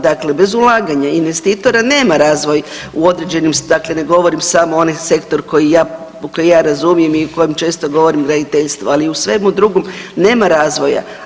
Dakle, bez ulaganja i investitora nema razvoj u određenim, dakle ne govorim samo onaj sektor koji ja razumijem i o kojem govorim graditeljstvo, ali i u svemu drugom nema razvoja.